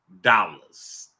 dollars